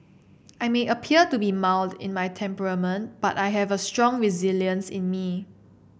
I may appear to be mild in my temperament but I have a strong resilience in me